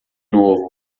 novo